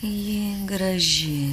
ji graži